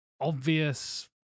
obvious